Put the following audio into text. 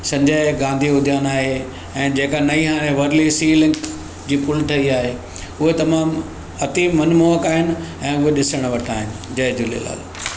संजय गांधी उद्यान आहे ऐं जेका नई आणे वर्ली सी लिंक जी पुल ठई आहे उहे तमामु अती मनमोहक आहिनि ऐं उहे ॾिसण वेंदा आहिनि जय झूलेलाल